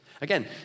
Again